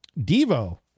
Devo